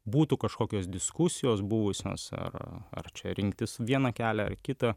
būtų kažkokios diskusijos buvusios ar ar čia rinktis vieną kelią ar kitą